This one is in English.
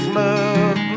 love